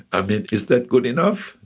i mean, is that good enough?